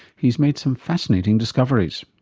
he's made some fascinating discoveries.